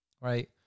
right